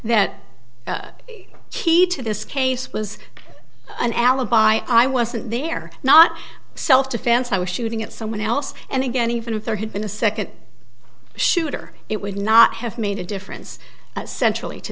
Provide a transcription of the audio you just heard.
key to this case was an alibi i wasn't there not self defense i was shooting at someone else and again even if there had been a second shooter it would not have made a difference centrally to